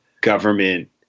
government